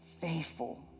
faithful